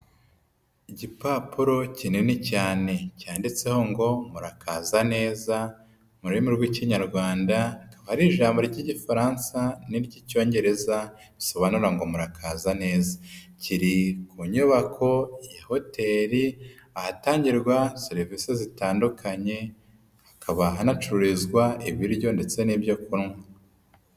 Igipapuro kinini cyane cyanditseho ngo murakaza neza mu rurimi rw'ikinyarwandaba, ari ijambo ry'igifaransa, n'iry'icyongereza risobanura ngo murakaza neza. Kiri ku nyubako ya hoteli ahatangirwa serivisi zitandukanye hakaba hanacururizwa ibiryo ndetse n'ibyo kunywa.